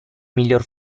miglior